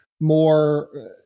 more